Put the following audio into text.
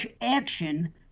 action